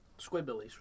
Squidbillies